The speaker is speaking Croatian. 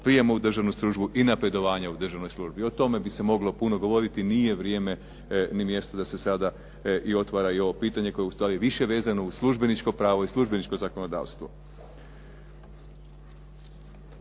prijem u državnu službu i napredovanja u državnoj službi. O tome bi se moglo puno govoriti, nije vrijeme ni mjesto da se sada otvara i ovo pitanje koje je ustvari više vezano uz službeničko pravo i u službeničko zakonodavstvo.